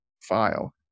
file